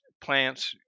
plants